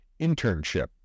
internship